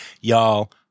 y'all